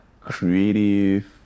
creative